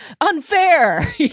unfair